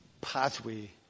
pathway